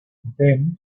then